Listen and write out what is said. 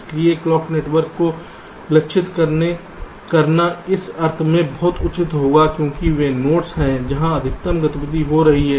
इसलिए clock network को लक्षित करना इस अर्थ में बहुत उचित है क्योंकि वे नोड्स हैं जहां अधिकतम गतिविधि हो रही है